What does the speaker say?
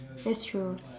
that's true